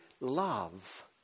love